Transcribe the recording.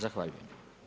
Zahvaljujem.